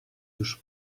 już